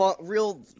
real